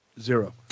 Zero